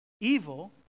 Evil